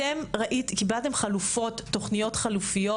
קיבלתם תוכניות חלופיות?